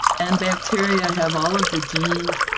and bacteria have all of the gene